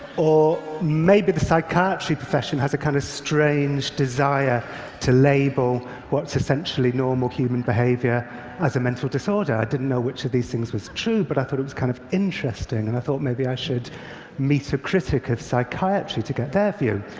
or maybe the psychiatry profession has a kind of strange desire to label what's essentially normal human behavior as a mental disorder. i didn't know which of these was true, but i thought it was kind of interesting, and i thought maybe i should meet a critic of psychiatry to get their view,